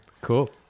Cool